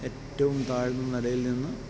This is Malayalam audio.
ഏറ്റവും താഴ്ന്ന നിലയിൽ നിന്ന്